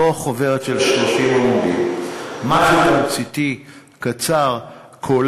לא חוברת של 30 עמודים, משהו תמציתי, קולע,